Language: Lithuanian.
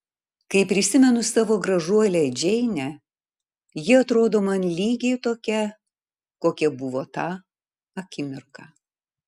kai prisimenu savo gražuolę džeinę ji atrodo man lygiai tokia kokia buvo tą akimirką